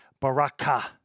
Baraka